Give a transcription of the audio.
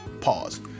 Pause